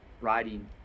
riding